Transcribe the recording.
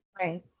Right